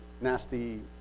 nasty